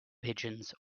pigeons